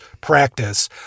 practice